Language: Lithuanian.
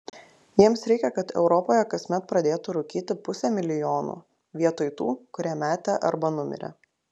jiems reikia kad europoje kasmet pradėtų rūkyti pusė milijono vietoj tų kurie metė arba numirė